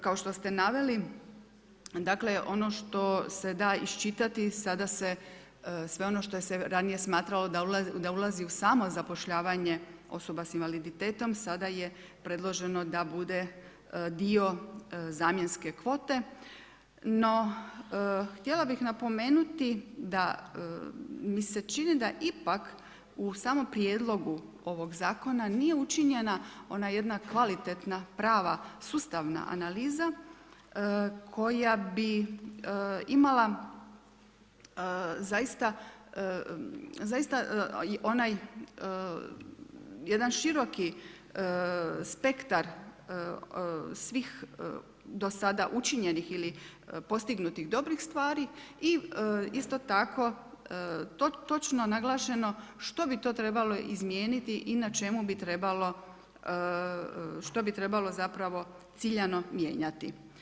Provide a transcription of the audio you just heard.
Kao što ste naveli, dakle ono što se da iščitati sada se sve ono što se ranije smatralo da ulazi u samozapošljavanje osoba s invaliditetom sada je predloženo da bude dio zamjenske kvote, no htjela bih napomenuti da mi se čini da ipak u samom Prijedlogu ovog zakona nije učinjena ona jedna kvalitetna, prava, sustavna analiza koja bi imala zaista onaj jedan široki spektar svih do sada učinjenih ili postignutih dobrih stvari i isto tako točno naglašeno što bi to trebalo izmijeniti i na čemu bi trebalo, što bi trebalo zapravo ciljano mijenjati.